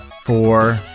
Four